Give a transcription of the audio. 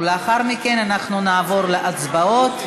לאחר מכן אנחנו נעבור להצבעות,